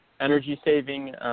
energy-saving